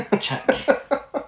check